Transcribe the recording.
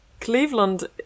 Cleveland